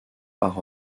par